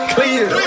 Clear